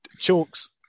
Chalks